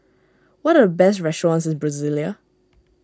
what are the best restaurants in Brasilia